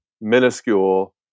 minuscule